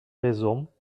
raisons